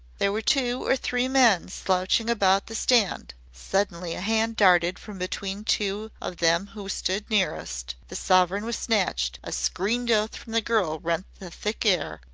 there were two or three men slouching about the stand. suddenly a hand darted from between two of them who stood nearest, the sovereign was snatched, a screamed oath from the girl rent the thick air,